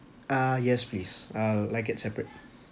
uh yes please uh like it separate